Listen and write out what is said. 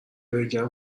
بگم